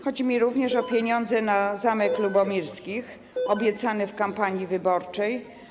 Chodzi mi również o pieniądze na Zamek Lubomirskich, obiecane w kampanii wyborczej.